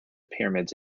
pyramids